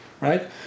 Right